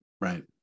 Right